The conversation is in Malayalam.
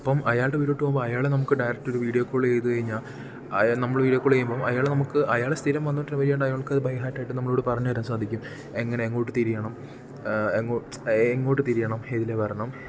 അപ്പം അയാളുടെ വീട്ടിലോട്ട് പോകുമ്പോൾ അയാളെ നമുക്ക് ഡറക്റ്റ് ഒരു വീഡിയോ കോൾ ചെയ്തു കഴിഞ്ഞാൽ അയാൾ നമ്മൾ വീഡിയോ കോൾ ചെയ്യുമ്പം അയാൾ നമ്മൾക്ക് അയാൾ സ്ഥിരം വന്നിട്ട് വഴി കണ്ടാൽ അയാൾക്ക് ബൈഹാർട്ട് ആയിട്ട് നമ്മളോട് പറഞ്ഞു തരാൻ സാധിക്കും എങ്ങനെ അങ്ങോട്ട് തിരിയണം എങ്ങോട്ട് എങ്ങോട്ട് തിരിയണം ഏതിലെ വരണം